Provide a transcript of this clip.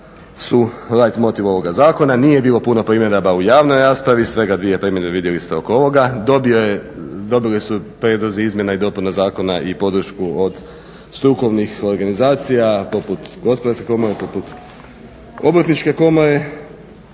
su light motiv ovoga zakona, nije bilo puno primjedaba u javnoj raspravi, svega dvije primjedbe vidjeli ste oko ovoga. Dobile su prijedlozi izmjena i dopuna zakona i podršku od strukovnih organizacija poput Gospodarske komore, poput Obrtničke komore